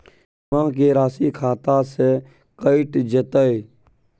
बीमा के राशि खाता से कैट जेतै?